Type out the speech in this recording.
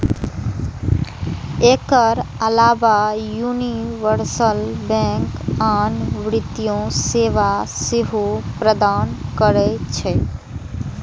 एकर अलाव universal bank आन वित्तीय सेवा सेहो प्रदान करै छै